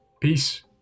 Peace